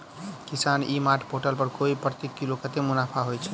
किसान e mart portal पर कोबी प्रति किलो कतै मुनाफा होइ छै?